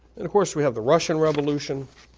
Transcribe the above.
of course, we have the russian revolution.